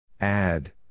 Add